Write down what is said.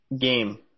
game